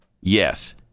yes